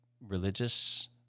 religious